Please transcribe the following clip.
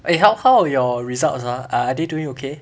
eh how how are your results ah are they doing okay